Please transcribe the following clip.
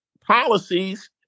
policies